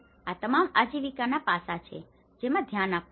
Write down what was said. તેથી આ તમામ આજીવિકાના પાસા છે જેમાં ધ્યાન આપવું પડશે